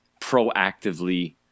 proactively